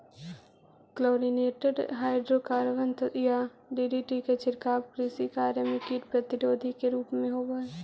chlorinated hydrocarbon यथा DDT के छिड़काव कृषि कार्य में कीट प्रतिरोधी के रूप में होवऽ हई